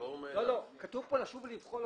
כתוב כאן לשוב ולבחון.